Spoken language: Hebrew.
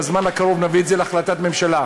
בזמן הקרוב נביא את זה להחלטת ממשלה.